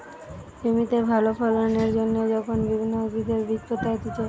জমিতে ভালো ফলন এর জন্যে যখন বিভিন্ন উদ্ভিদের বীজ পোতা হতিছে